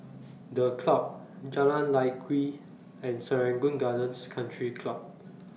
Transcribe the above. The Club Jalan Lye Kwee and Serangoon Gardens Country Club